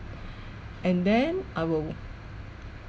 and then I will